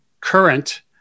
current